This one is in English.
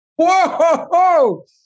Whoa